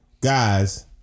guys